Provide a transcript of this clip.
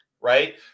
Right